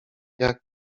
jak